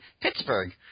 Pittsburgh